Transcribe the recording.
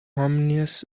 harmonious